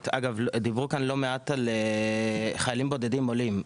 דיברו כאן לא מעט על חיילים בודדים עולים.